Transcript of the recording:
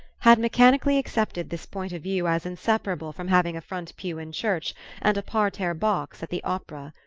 had mechanically accepted this point of view as inseparable from having a front pew in church and a parterre box at the opera.